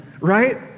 right